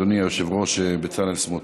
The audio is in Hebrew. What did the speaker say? אדוני היושב-ראש בצלאל סמוטריץ.